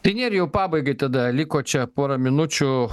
tai nerijau pabaigai tada liko čia pora minučių